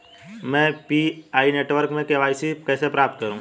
मैं PI network में KYC कैसे प्राप्त करूँ?